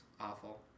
awful